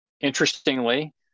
Interestingly